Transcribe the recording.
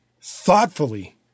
thoughtfully